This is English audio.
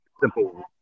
simple